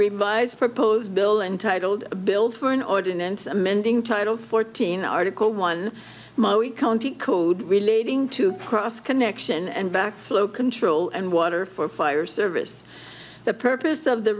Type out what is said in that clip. revised proposed bill entitled a bill for an ordinance amending title fourteen article one county code relating to cross connection and back flow control and water for fire service the purpose of the